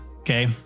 Okay